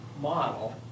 model